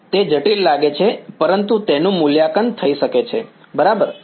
તે જટિલ લાગે છે પરંતુ તેનું મૂલ્યાંકન થઈ શકે છે બરાબર